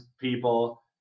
people